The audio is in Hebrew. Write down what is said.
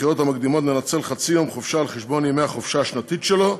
בבחירות המקדימות לנצל חצי יום חופשה על חשבון ימי החופשה השנתית שלו,